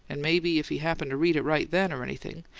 and maybe if he happened to read it right then, or anything,